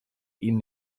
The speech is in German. ihnen